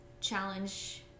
challenge